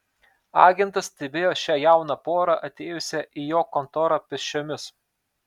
agentas stebėjo šią jauną porą atėjusią į jo kontorą pėsčiomis